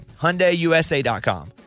HyundaiUSA.com